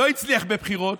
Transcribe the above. הוא לא הצליח בבחירות,